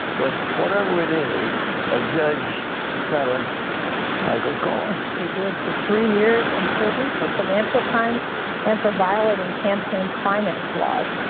but whatever it is, a judge sentenced michael cohen. he did. three years in prison for financial crimes and for violent and campaign finance laws.